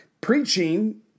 preaching